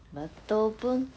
betul pun